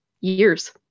years